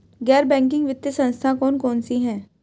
गैर बैंकिंग वित्तीय संस्था कौन कौन सी हैं?